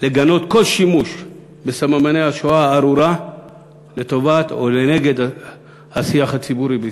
לגנות כל שימוש בסממני השואה הארורה לטובת או נגד השיח הציבורי בישראל.